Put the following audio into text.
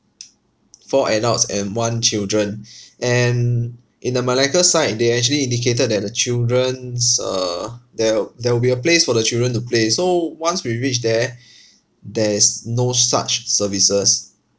four adults and one children and in the malacca side they actually indicated that the children's uh there wi~ there will be a place for the children to play so once we reached there there is no such services